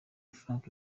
frank